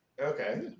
okay